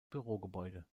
bürogebäude